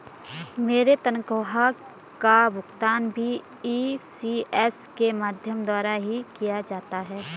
मेरी तनख्वाह का भुगतान भी इ.सी.एस के माध्यम द्वारा ही किया जाता है